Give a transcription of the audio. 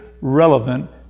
relevant